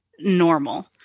normal